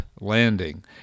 landing